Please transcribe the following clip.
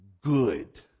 good